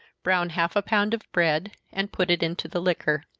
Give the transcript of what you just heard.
brown half a pound of bread, and put it into the liquor.